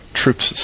troops